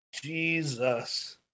Jesus